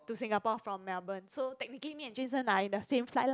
to Singapore from Melbourne so technically me and Jun Sheng are in the same flight lah